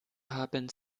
haben